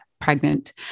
pregnant